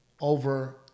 Over